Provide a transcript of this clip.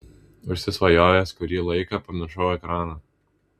užsisvajojęs kurį laiką pamiršau ekraną